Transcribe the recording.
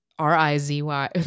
R-I-Z-Y